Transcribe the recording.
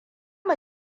mu